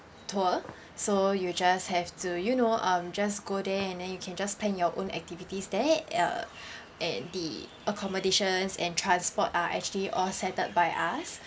tour so you just have to you know um just go there and then you can just plan your own activities there uh and the accommodations and transport are actually all settled by us